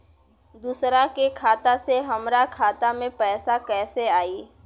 दूसरा के खाता से हमरा खाता में पैसा कैसे आई?